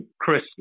Chris